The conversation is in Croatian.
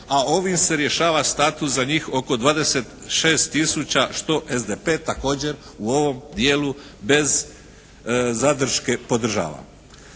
a ovim se rješava status za njih oko 26 tisuća što SDP također u ovom dijelu bez zadrške podržava.